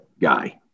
guy